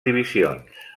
divisions